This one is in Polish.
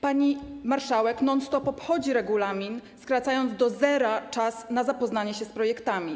Pani marszałek non stop obchodzi regulamin, skracając do zera czas na zapoznanie się z projektami.